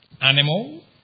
animal